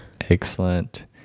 Excellent